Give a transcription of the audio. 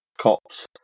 cops